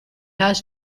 has